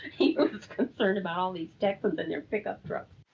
he was concerned about all these texans and their pickup trucks.